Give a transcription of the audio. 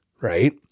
right